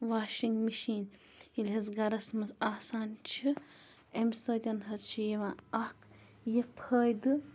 washing machine ییٚلہِ حظ گَرَس منٛز آسان چھِ اَمہِ سۭتۍ حظ چھِ یِوان اَکھ یہِ فٲیدٕ